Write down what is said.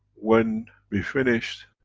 when we finished,